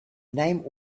name